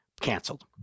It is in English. canceled